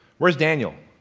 where's daniel